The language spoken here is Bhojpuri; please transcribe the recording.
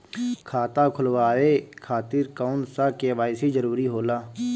खाता खोलवाये खातिर कौन सा के.वाइ.सी जरूरी होला?